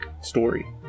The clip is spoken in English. story